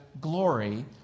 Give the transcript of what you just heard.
glory